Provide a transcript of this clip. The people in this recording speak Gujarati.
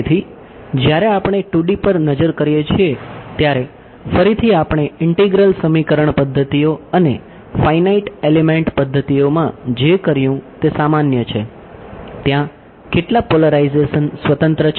તેથી જ્યારે આપણે 2D પર નજર કરીએ છીએ ત્યારે ફરીથી આપણે ઇંટીગ્રલ છે